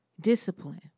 discipline